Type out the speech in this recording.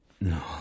No